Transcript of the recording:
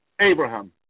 Abraham